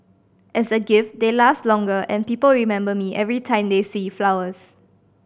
as a gift they last longer and people remember me every time they see the flowers